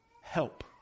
help